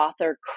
author